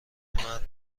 مرد